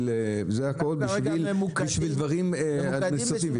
בשביל דברים אדמיניסטרטיביים.